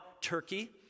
Turkey